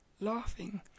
laughing